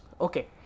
Okay